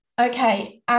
Okay